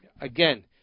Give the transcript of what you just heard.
Again